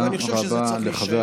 אני חושב שזה צריך להישאר לטרור.